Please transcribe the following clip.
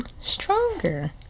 stronger